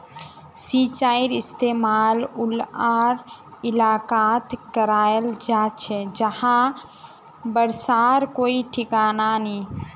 सिंचाईर इस्तेमाल उला इलाकात कियाल जा छे जहां बर्षार कोई ठिकाना नी